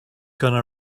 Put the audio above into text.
gonna